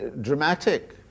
dramatic